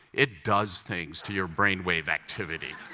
it does things to your brainwave activity.